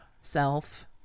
self